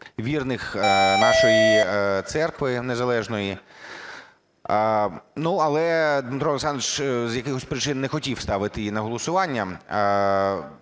вірних нашої церкви незалежної. Але Дмитро Олександрович з якихось причин не хотів ставити її на голосування.